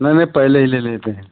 नहीं नहीं पहले ही ले लेते हैं